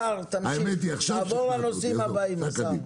השר, תעבור לנושאים האחרים, בבקשה.